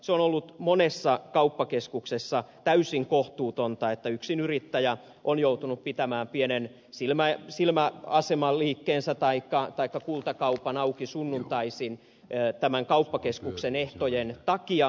se on ollut monessa kauppakeskuksessa täysin kohtuutonta että yksinyrittäjä on joutunut pitämään pienen silmäasema liikkeensä taikka kultakaupan auki sunnuntaisin tämän kauppakeskuksen ehtojen takia